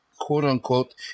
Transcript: quote-unquote